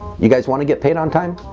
you guys want to get paid on time?